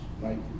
right